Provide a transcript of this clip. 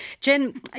Jen